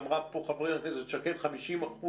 ואמרה פה חברת הכנסת שקד 50%,